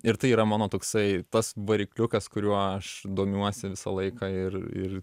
ir tai yra mano toksai tas varikliukas kuriuo aš domiuosi visą laiką ir